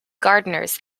gardeners